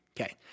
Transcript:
Okay